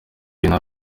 y’iyi